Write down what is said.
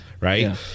Right